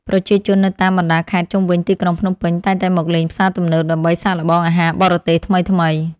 ប្រជាជននៅតាមបណ្តាខេត្តជុំវិញទីក្រុងភ្នំពេញតែងតែមកលេងផ្សារទំនើបដើម្បីសាកល្បងអាហារបរទេសថ្មីៗ។